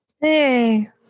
Hey